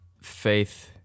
faith